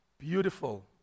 beautiful